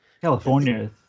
California